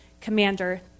commander